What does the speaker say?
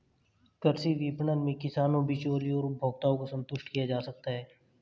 कृषि विपणन में किसानों, बिचौलियों और उपभोक्ताओं को संतुष्ट किया जा सकता है